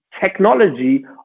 technology